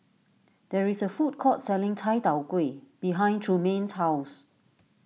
there is a food court selling Chai Tow Kway behind Trumaine's house